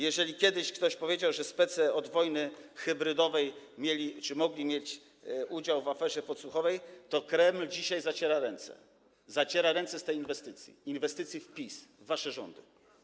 Jeżeli kiedyś ktoś powiedział, że spece od wojny hybrydowej mieli czy mogli mieć udział w aferze podsłuchowej, to Kreml dzisiaj zaciera ręce, zaciera ręce z tej inwestycji, inwestycji w PiS, w wasze rządy.